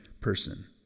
person